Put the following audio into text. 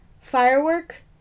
firework